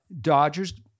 Dodgers